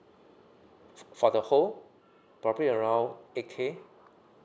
for the whole probably around eight K